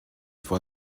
vor